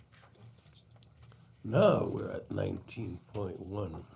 you know we're at nineteen point one.